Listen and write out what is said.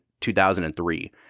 2003